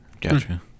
Gotcha